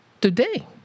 today